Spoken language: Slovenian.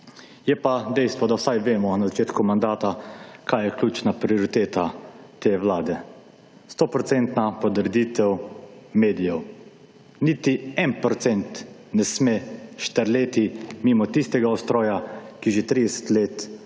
Je pa dejstvo, da vsaj vemo na začetku mandata kaj je ključna prioriteta te Vlade, 100 procenta poreditev medijev. Niti 1 procent ne sme štrleti mimo tistega ustroja, ki že 30 let obvladuje